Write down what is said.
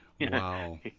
wow